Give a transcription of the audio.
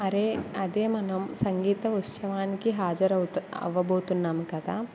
అరే అదే మనం సంగీత ఉసవానికి హాజరవుత అవ్వబోతున్నాం కదా